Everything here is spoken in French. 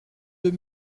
deux